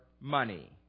money